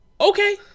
okay